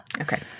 Okay